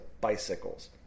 bicycles